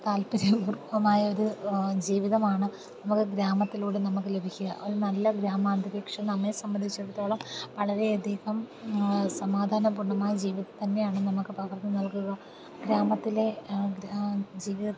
താൽപര്യമോ പൂർണ്ണമായ ഒരു ജീവിതമാണ് നമുക്ക് ഗ്രാമത്തിലൂടെ നമുക്ക് ലഭിക്കുക ഒരു നല്ല ഗ്രാമ അന്തരീക്ഷം നമ്മെ സംബന്ധിച്ചിടത്തോളം വളരെ അധികം സമാധാന പൂർണ്ണമായ ജീവിതം തന്നെയാണ് നമുക്ക് പകർന്ന് നൽകുക ഗ്രാമത്തിലെ ജീവിതത്തെ